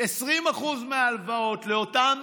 של 20% מההלוואות לאותם